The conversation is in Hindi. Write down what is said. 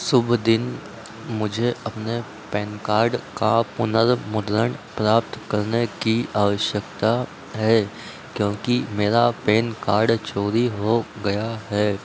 शुभ दिन मुझे अपने पैन कार्ड का पुनर्मुद्रण प्राप्त करने की आवश्यकता है क्योंकि मेरा पैन कार्ड चोरी हो गया है